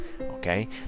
okay